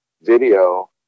Video